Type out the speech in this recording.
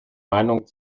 meinung